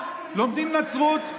לומדים נצרות,